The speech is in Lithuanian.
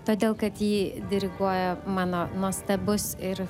todėl kad jį diriguoja mano nuostabus ir